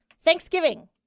Thanksgiving